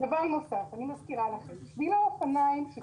אני מזכירה לכם ששבילי אופניים - שהם